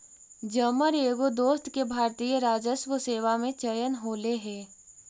जमर एगो दोस्त के भारतीय राजस्व सेवा में चयन होले हे